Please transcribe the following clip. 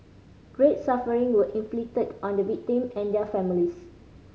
great suffering was inflicted on the victim and their families